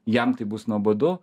jam tai bus nuobodu